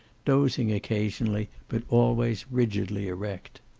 dozing occasionally, but always rigidly erect.